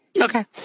okay